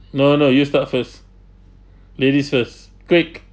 no no you start first ladies first quick